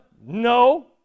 No